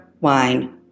wine